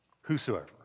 Whosoever